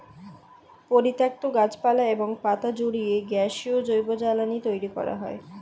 পরিত্যক্ত গাছপালা এবং পাতা পুড়িয়ে গ্যাসীয় জৈব জ্বালানি তৈরি করা হয়